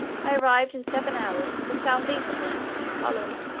i arrived in seven hours to the south-east point of new holland.